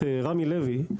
את רמי לוי,